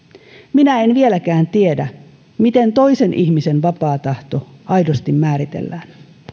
minä en vieläkään tiedä miten toisen ihmisen vapaa tahto aidosti määritellään